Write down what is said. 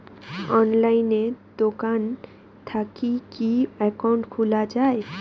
অনলাইনে দোকান থাকি কি একাউন্ট খুলা যায়?